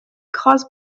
caused